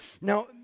Now